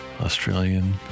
Australian